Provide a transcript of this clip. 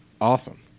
awesome